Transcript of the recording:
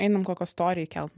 einam kokio storį įkelt